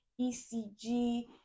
ecg